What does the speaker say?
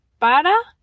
para